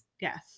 Yes